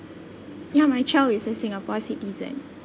ya my child is a singapore citizen